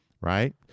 right